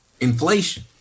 inflation